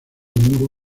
muro